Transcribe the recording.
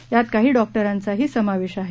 यात काही डॉक्टरांचा समावेश आहे